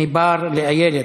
מבר לאיילת.